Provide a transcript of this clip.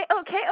okay